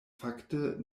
fakte